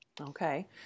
Okay